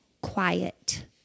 quiet